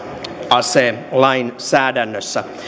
aselainsäädännössä